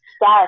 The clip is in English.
Yes